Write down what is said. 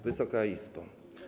Wysoka Izbo!